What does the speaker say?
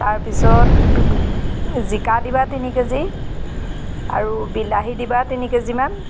তাৰপিছত জিকা দিবা তিনি কেজি আৰু বিলাহী দিবা তিনি কেজিমান